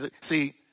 See